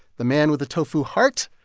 the man with a tofu heart,